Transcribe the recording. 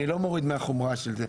אני לא מוריד מהחומרה של זה,